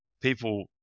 people